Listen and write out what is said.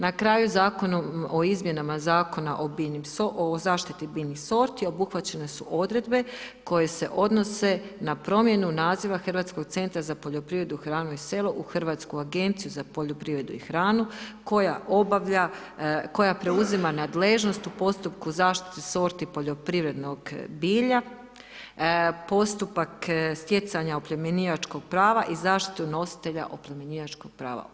Na kraju Zakonom o izmjenama Zakona o zaštiti biljnih sorti obuhvaćene su odredbe koje se odnose na promjenu naziva Hrvatskog centra za poljoprivredu, hranu i selo u hrvatsku agenciju za poljoprivredu i hranu koja obavlja, koja preuzima nadležnost u postupku zaštite sorti poljoprivrednog bilja, postupak stjecanja oplemenjivačkog prava i zaštitu nositelja oplemenjivačkog prava.